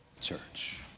church